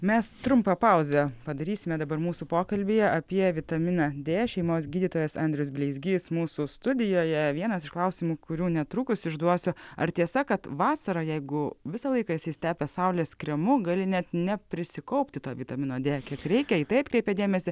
mes trumpą pauzę padarysime dabar mūsų pokalbyje apie vitaminą dė šeimos gydytojas andrius bleizgys mūsų studijoje vienas iš klausimų kurių netrukus užduosiu ar tiesa kad vasarą jeigu visą laiką esi išsitepęs saulės kremu gali net neprisikaupti to vitamino dė kiek reikia į tai atkreipė dėmesį